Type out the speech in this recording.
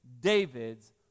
David's